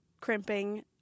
crimping